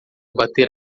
bater